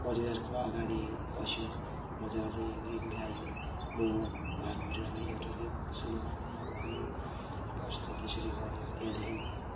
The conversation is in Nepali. परिवारको अगाडि बस्यो मजाले गीत गायो म गर परिवारलाई एउटा गीत सुनाउछु ल भन्यो र उसलाई त्यसरी गऱ्यो त्यहाँदेखिको